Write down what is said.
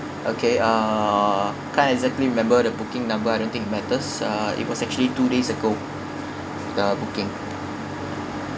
okay uh can't exactly remember the booking number I don't think it matters uh it was actually two days ago the booking